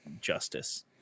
justice